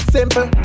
Simple